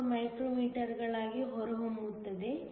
74 ಮೈಕ್ರೋಮೀಟರ್ಗಳಾಗಿ ಹೊರಹೊಮ್ಮುತ್ತದೆ